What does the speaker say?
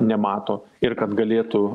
nemato ir kad galėtų